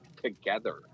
together